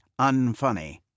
unfunny